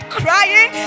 crying